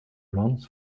runs